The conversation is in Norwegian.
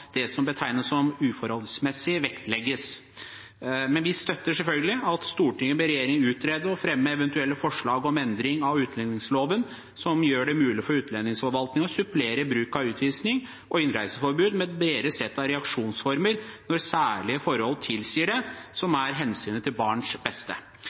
det som betegnes som uforholdsmessig, vektlegges, men vi støtter selvfølgelig at «Stortinget ber regjeringen utrede og fremme eventuelle forslag om endring av utlendingsloven som gjør det mulig for utlendingsforvaltningen å supplere bruk av utvisning og innreiseforbud med et bredere sett av reaksjonsformer når særlige forhold tilsier det, som hensynet til barns beste».